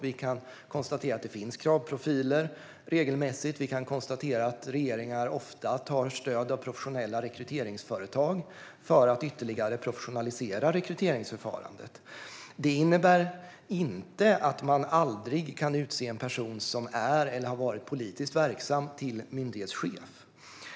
Vi kan konstatera att det regelmässigt finns kravprofiler, och vi kan konstatera att regeringar ofta tar stöd av professionella rekryteringsföretag för att ytterligare professionalisera rekryteringsförfarandet. Detta innebär inte att man aldrig kan utse en person som är eller har varit politiskt verksam till myndighetschef.